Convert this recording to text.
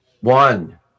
One